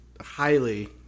highly